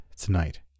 tonight